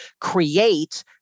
create